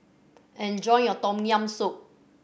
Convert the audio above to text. enjoy your Tom Yam Soup